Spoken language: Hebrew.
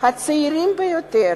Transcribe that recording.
הצעירים ביותר